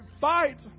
fight